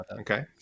Okay